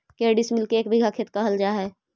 के डिसमिल के एक बिघा खेत कहल जा है?